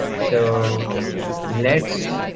so let's,